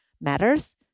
matters